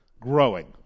growing